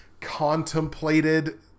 contemplated